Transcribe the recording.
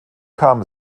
kam